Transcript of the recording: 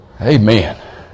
Amen